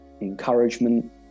encouragement